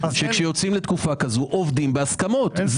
שכאשר יוצאים לתקופה כזאת עובדים בהסכמות,